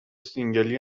سینگلی